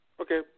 Okay